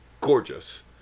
gorgeous